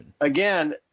again